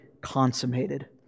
consummated